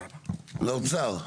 האוצר.